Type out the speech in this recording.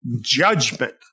judgment